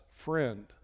friend